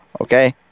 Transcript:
Okay